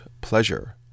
pleasure